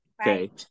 Okay